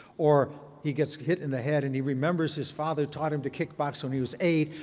or he gets hit in the head and he remembers his father taught him to kickbox when he was eight.